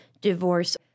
divorce